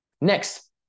Next